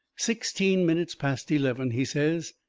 sixteen minutes past eleven, he says.